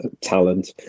talent